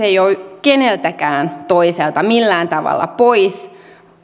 ei ole keneltäkään toiselta millään tavalla pois vaan